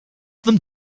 them